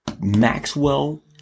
Maxwell